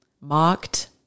mocked